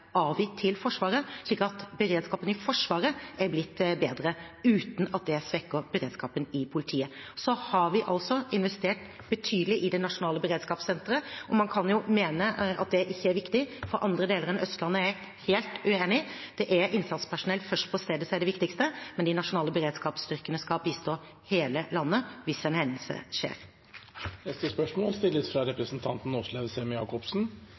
avgitt til Forsvaret, slik at beredskapen i Forsvaret er blitt bedre uten at det svekker beredskapen i politiet. Vi har investert betydelig i det nasjonale beredskapssenteret. Man kan mene at det ikke er viktig for andre deler enn Østlandet, og det er jeg helt uenig i. Innsatspersonell først på stedet er det viktigste, men de nasjonale beredskapsstyrkene skal bistå hele landet hvis en hendelse skjer. Mitt spørsmål